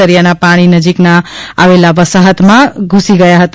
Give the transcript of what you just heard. દરિયાના પાણી નજીકમાં આવેલી વસાહતમાં ધુસી ગયા હતા